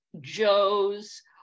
Joe's